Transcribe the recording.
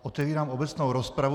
Otevírám obecnou rozpravu.